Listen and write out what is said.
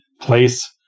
place